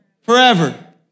forever